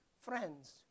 friends